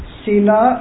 sila